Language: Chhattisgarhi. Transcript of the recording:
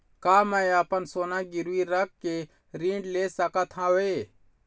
का मैं अपन सोना गिरवी रख के ऋण ले सकत हावे?